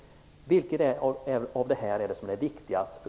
Vilket är viktigast för